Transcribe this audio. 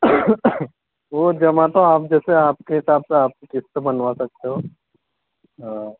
वो जमा तो आप जैसे आपके हिसाब आप से कितने बनवा सकते हो